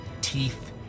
teeth